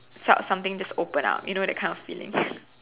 felt something just open up you know that kind of feeling